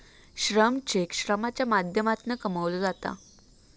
श्रम चेक श्रमाच्या माध्यमातना कमवलो जाता